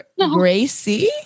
Gracie